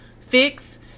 fix